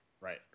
right